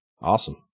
awesome